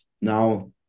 now